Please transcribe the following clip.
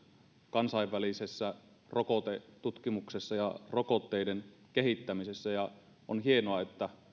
kansainvälisessä rokotetutkimuksessa ja rokotteiden kehittämisessä ja on hienoa että